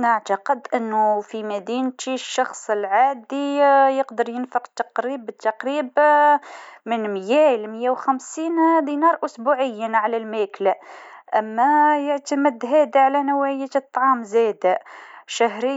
نجم نقول نتمشى حوالي خمسة آلاف خطوة يوميًا، يعني أربعة وأربعون ألف خطوة في الأسبوع. هذا يعتمد على النشاطات اليومية، لكن نحاول نكون نشيط. المشي يساهم في